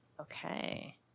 okay